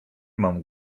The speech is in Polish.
mam